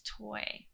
toy